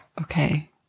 Okay